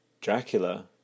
Dracula